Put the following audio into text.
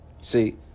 See